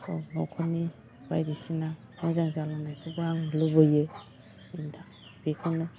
गाव न'खरनि बायदिसिना मोजां जालांनायखौबो आं लुबैयो बेखौनो